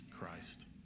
Christ